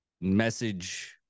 message